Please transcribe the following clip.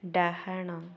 ଡାହାଣ